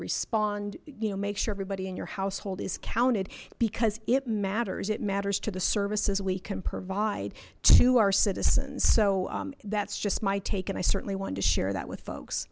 respond you know make sure everybody in your household is counted because it matters it matters to the services we can provide to our citizens so that's just my take and i certainly wanted to share that with folks